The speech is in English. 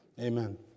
Amen